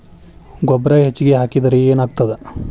ಗೊಬ್ಬರ ಹೆಚ್ಚಿಗೆ ಹಾಕಿದರೆ ಏನಾಗ್ತದ?